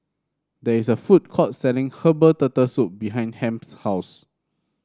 there is a food court selling Herbal Turtle Soup behind Hamp's house